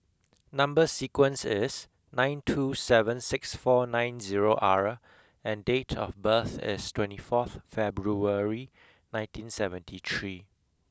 number sequence is nine two seven six four nine zero R and date of birth is twenty fourth February nineteen seventy three